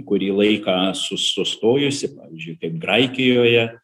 kurį laiką sus sustojusi pavyzdžiui kaip graikijoje